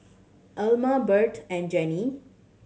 Elmer Bret and Jenni